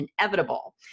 Inevitable